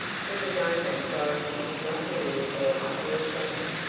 for the moment dorothy could not move or utter a sound.